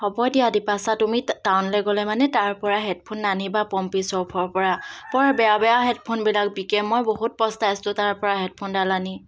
হ'ব দিয়া দ্ৱীপাশা তুমি টাউনলৈ গ'লে মানে তাৰ পৰা হেডফোন নানিবা পম্পী শ্বপৰ পৰা বৰ বেয়া বেয়া হেডফোনবিলাক বিকে মই বহুত পস্তাইছোঁ তাৰ পৰা হেডফোনডাল আনি